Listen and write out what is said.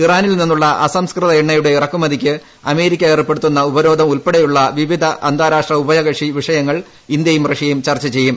ഇറാനിൽ നിന്നുള്ള അസംസ്കൃത എണ്ണയുടെ ഇറക്കുമതിക്ക് അമേരിക്ക ഏർപ്പെടുത്തുന്ന ഉപരോധം ഉൾപ്പെടെയുള്ള വിവിധ അന്താരാഷ്ട്ര ഉഭയകക്ഷി വിഷയങ്ങൾ ഇന്ത്യയും റഷ്യയും ചർച്ച ചെയ്യും